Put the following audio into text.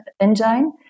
engine